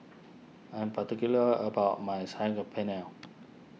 I am particular about my Saag Paneer